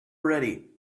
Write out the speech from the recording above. ready